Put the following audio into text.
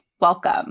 welcome